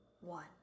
one